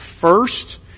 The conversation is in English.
first